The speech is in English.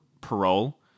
parole